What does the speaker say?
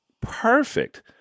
perfect